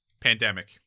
Pandemic